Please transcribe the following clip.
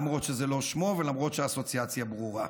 למרות שזה לא שמו ולמרות שהאסוציאציה ברורה,